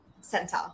center